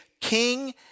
king